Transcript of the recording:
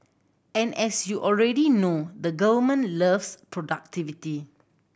and as you already know the government loves productivity